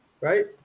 right